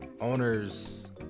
owner's